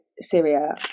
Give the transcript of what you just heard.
Syria